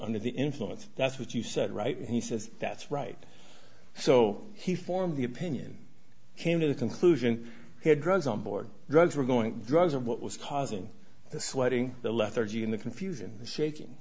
under the influence that's what you said right he says that's right so he formed the opinion came to the conclusion he had drugs on board drugs were going to drugs and what was causing the sweating the lethargy and the confusion the shaking